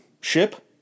ship